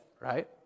right